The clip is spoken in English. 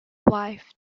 wife